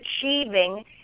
achieving